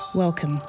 Welcome